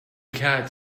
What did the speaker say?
cat